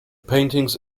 paintings